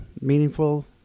meaningful